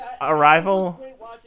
arrival